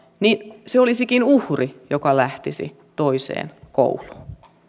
niin se olisikin uhri joka lähtisi toiseen kouluun